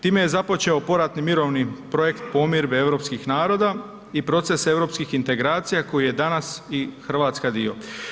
Time je započeo poratni mirovini projekt pomirbe europskih naroda i proces europskih integracija kojeg je danas i Hrvatska dio.